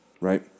Right